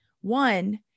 one